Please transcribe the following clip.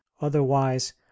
otherwise